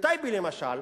בטייבה, למשל,